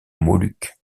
moluques